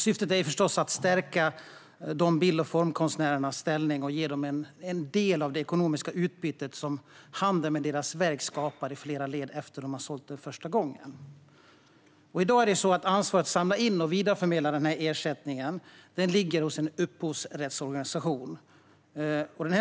Syftet är förstås att stärka bild och formkonstnärernas ställning och att ge dem en del av det ekonomiska utbyte som handeln med deras verk skapar i flera led efter det att de har sålt verket första gången. I dag ligger ansvaret för att samla in och vidareförmedla ersättningen hos en upphovsrättsorganisation.